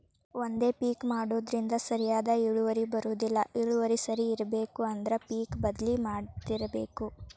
ಒಂದೇ ಪಿಕ್ ಮಾಡುದ್ರಿಂದ ಸರಿಯಾದ ಇಳುವರಿ ಬರುದಿಲ್ಲಾ ಇಳುವರಿ ಸರಿ ಇರ್ಬೇಕು ಅಂದ್ರ ಪಿಕ್ ಬದ್ಲಿ ಮಾಡತ್ತಿರ್ಬೇಕ